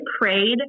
prayed